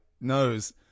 knows